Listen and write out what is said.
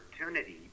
opportunity